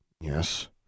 Yes